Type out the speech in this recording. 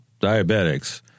diabetics